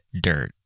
dirt